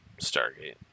Stargate